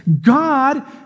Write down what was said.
God